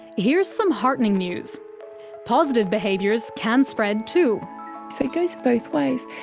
here's some heartening news positive behaviours can spread too. so it goes both ways.